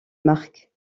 marques